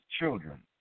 children